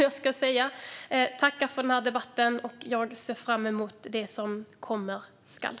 Jag tackar för den här debatten och ser fram emot det som komma skall.